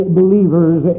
believers